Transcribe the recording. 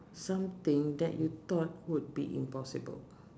something that you thought would be impossible